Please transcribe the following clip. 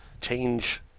change